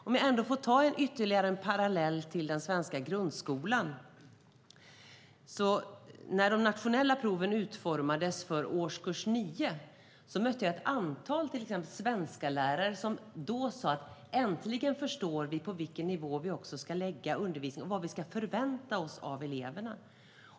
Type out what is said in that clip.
Låt mig göra ytterligare en parallell till den svenska grundskolan. När de nationella proven utformades för årskurs 9 mötte jag ett antal svensklärare som då sa att de äntligen förstod på vilken nivå de skulle lägga undervisningen och vad de skulle förvänta sig av eleverna.